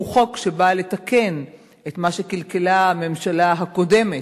הוא חוק שבא לתקן את מה שקלקלה הממשלה הקודמת,